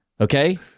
Okay